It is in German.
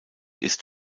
ist